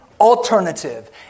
alternative